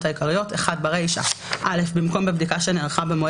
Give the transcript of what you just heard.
העיקריות - (1) ברישה - (א)במקום "בבדיקה שנערכה במועד